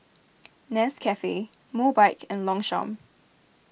Nescafe Mobike and Longchamp